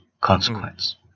consequence